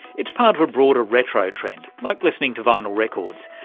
it's part of a broader retro-trend, like listening to vinyl records.